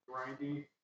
grindy